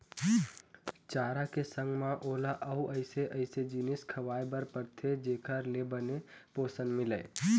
चारा के संग म ओला अउ अइसे अइसे जिनिस खवाए बर परथे जेखर ले बने पोषन मिलय